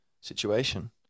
situation